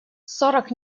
сорок